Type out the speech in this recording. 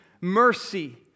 mercy